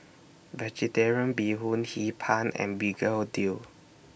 Vegetarian Bee Hoon Hee Pan and Begedil